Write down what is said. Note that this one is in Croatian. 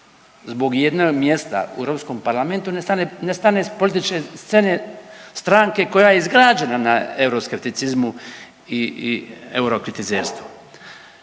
zbog jednog mjesta u Europskom parlamentu nestane sa političke scene stranke koja je izgrađena na euroskepticizmu i euro kritizerstvu.